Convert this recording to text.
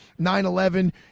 9-11